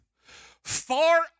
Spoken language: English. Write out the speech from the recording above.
far